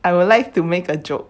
I would like to make a joke